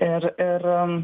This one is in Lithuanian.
ir ir